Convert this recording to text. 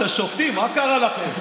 זה שופטים, מה קרה לכם?